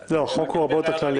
החוק הוא הרבה יותר כללי.